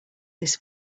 this